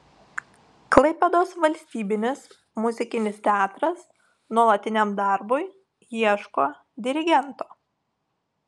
klaipėdos valstybinis muzikinis teatras nuolatiniam darbui ieško dirigento